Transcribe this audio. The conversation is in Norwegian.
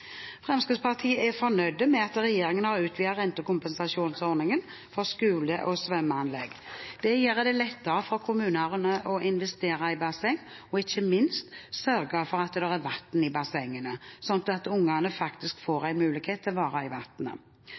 Fremskrittspartiet er fornøyd med at regjeringen har utvidet rentekompensasjonsordningen for skole- og svømmeanlegg. Det gjør det lettere for kommunene å investere i basseng og ikke minst sørge for at det er vann i bassengene, slik at ungene faktisk får mulighet til å være i